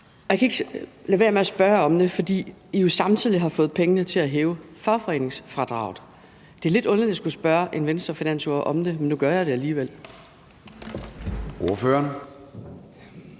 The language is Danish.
Jeg kan ikke lade være med at spørge om det, fordi I jo samtidig har sat penge af til at hæve fagforeningsfradraget. Det er lidt underligt at skulle spørge en finansordfører fra Venstre om det, men nu gør jeg det alligevel. Kl.